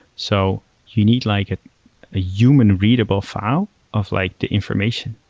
so you need like a human readable file of like the information,